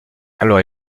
alors